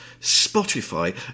Spotify